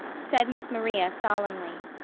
said miss maria solemnly.